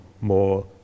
more